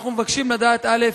אנחנו מבקשים לדעת: א.